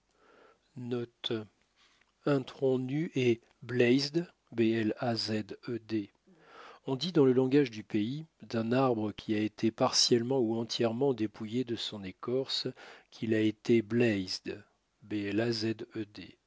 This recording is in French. on dit dans le langage du pays d'un arbre qui a été partiellement ou entièrement dépouillé de son écorce qu'il a été